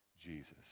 Jesus